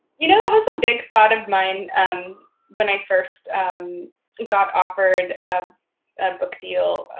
you know, that was a big thought of my and um when i first got offered ah a book deal,